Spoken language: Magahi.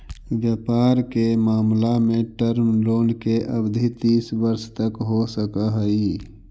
व्यापार के मामला में टर्म लोन के अवधि तीस वर्ष तक हो सकऽ हई